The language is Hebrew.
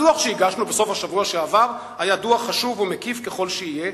הדוח שהגשנו בסוף השבוע שעבר היה דוח חשוב ומקיף ככל שיהיה,